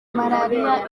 malariya